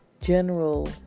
general